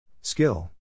Skill